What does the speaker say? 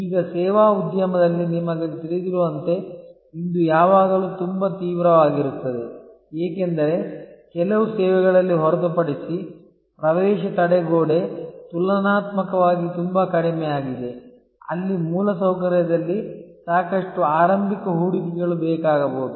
ಈಗ ಸೇವಾ ಉದ್ಯಮದಲ್ಲಿ ನಿಮಗೆ ತಿಳಿದಿರುವಂತೆ ಇದು ಯಾವಾಗಲೂ ತುಂಬಾ ತೀವ್ರವಾಗಿರುತ್ತದೆ ಏಕೆಂದರೆ ಕೆಲವು ಸೇವೆಗಳಲ್ಲಿ ಹೊರತುಪಡಿಸಿ ಪ್ರವೇಶ ತಡೆಗೋಡೆ ತುಲನಾತ್ಮಕವಾಗಿ ತುಂಬಾ ಕಡಿಮೆಯಾಗಿದೆ ಅಲ್ಲಿ ಮೂಲಸೌಕರ್ಯದಲ್ಲಿ ಸಾಕಷ್ಟು ಆರಂಭಿಕ ಹೂಡಿಕೆಗಳು ಬೇಕಾಗಬಹುದು